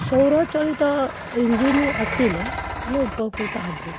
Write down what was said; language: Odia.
ସୌରଚାଳିତ ଇଞ୍ଜିନ୍ ଆସିଲେ ଆମେ ଉପକୃତ ହେବୁ